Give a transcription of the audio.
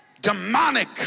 demonic